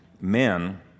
men